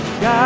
God